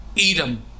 Edom